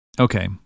Okay